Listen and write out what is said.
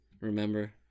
remember